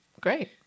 Great